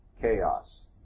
chaos